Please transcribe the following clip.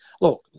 Look